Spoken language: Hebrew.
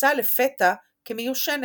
נתפסה לפתע כמיושנת.